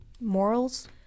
morals